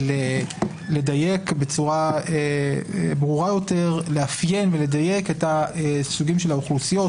לאפיין ולדייק בצורה ברורה את הסוגים של האוכלוסיות,